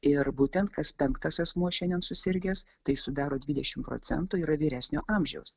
ir būtent kas penktas asmuo šiandien susirgęs tai sudaro dvidešimt procentų yra vyresnio amžiaus